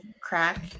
crack